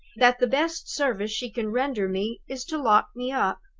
that the best service she can render me is to lock me up.